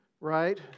right